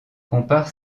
compare